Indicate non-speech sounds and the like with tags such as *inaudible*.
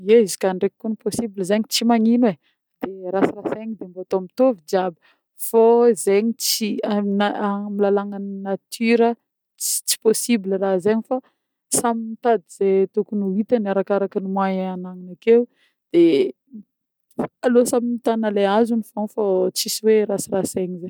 Ye izy koà ndreky kony possible zegny tsy magnino e de rasirasegna de mbô atô mitovy jiaby fô zegny tsy *hesitation* amin'ny lalàgna ny nature tsy tsy possible raha zegny fô zany mitady ze tokony ho hitany arakaraka ny moyen anagnany ake de *noise* aleo samy mitàna le azony zany fô tsy hoe rasirasegna zegny.